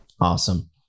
Awesome